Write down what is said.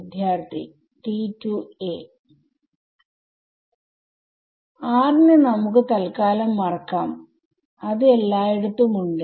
വിദ്യാർത്ഥി T 2 a r നെ നമുക്ക് തല്ക്കാലം മറക്കാം അത് എല്ലായിടത്തും ഉണ്ട്